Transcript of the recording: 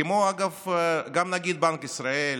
כמו, אגב, גם נגיד בנק ישראל,